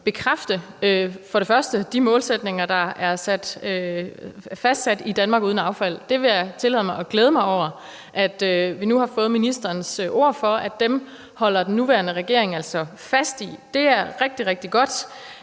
bekræfte de målsætninger, der er fastsat i »Danmark uden affald«. Jeg vil tillade mig at glæde mig over, at vi nu har fået ministerens ord for, at dem holder den nuværende regering altså fast i. Det er rigtig, rigtig godt,